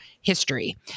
history